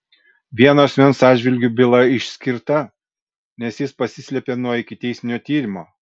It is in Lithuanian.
vieno asmens atžvilgiu byla išskirta nes jis pasislėpė nuo ikiteisminio tyrimo